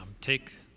take